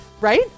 right